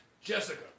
Jessica